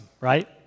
right